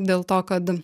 dėl to kad